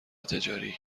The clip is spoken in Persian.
تجاری